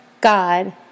God